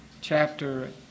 chapter